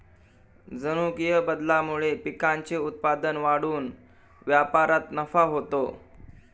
जनुकीय बदलामुळे पिकांचे उत्पादन वाढून व्यापारात नफा होतो